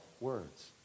Words